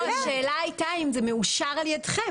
השאלה הייתה אם זה מאושר על ידכם.